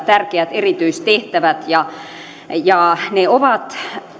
tärkeät erityistehtävät ja ja ne ovat